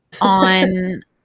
on